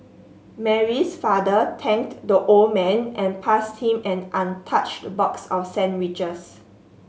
Mary's father thanked the old man and passed him an untouched box of sandwiches